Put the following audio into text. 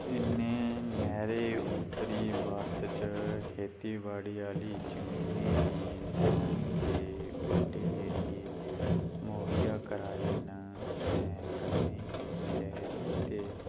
इन्ने नैह्रें उत्तरी भारत च खेती बाड़ी आह्ली जमीनें गी पानी दे बड्डे एरिये मुहैया कराए न ते कन्नै गै शैह्री ते